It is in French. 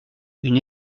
une